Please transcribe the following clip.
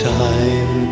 time